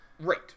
Right